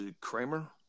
Kramer